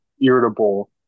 irritable